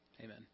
Amen